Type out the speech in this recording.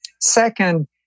Second